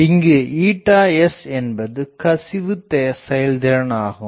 இங்கு sஎன்பது கசிவு செயல்திறன் ஆகும்